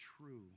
true